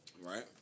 right